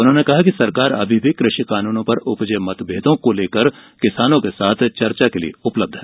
उन्होंने कहा कि सरकार अभी भी कृषि कानूनों पर उपजे मतमेदों के हल को लेकर किसानों के साथ चर्चा के लिए उपलब्ध है